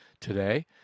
today